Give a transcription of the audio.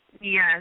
Yes